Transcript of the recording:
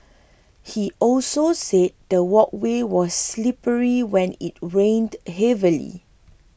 he also said the walkway was slippery when it rained heavily